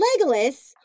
Legolas